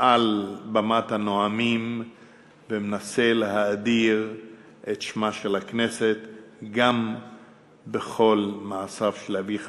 על במת הנואמים ומנסה להאדיר את שמה של הכנסת גם בכל מעשיו של אביך,